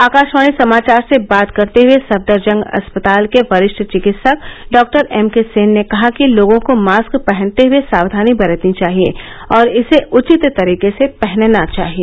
आकाशवाणी समाचार से बात करते हए सफदरजंग अस्पताल के वरिष्ठ चिकित्सक डॉ एम के सेन ने कहा कि लोगों को मास्क पहनते हए साक्षानी बरतनी चाहिए और इसे उचित तरीके से पहनना चाहिए